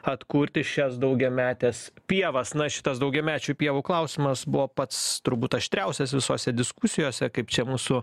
atkurti šias daugiametes pievas na šitas daugiamečių pievų klausimas buvo pats turbūt aštriausias visose diskusijose kaip čia mūsų